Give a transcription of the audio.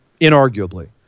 inarguably